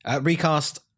Recast